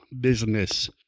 business